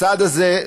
הצעד הזה,